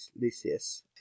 Lucius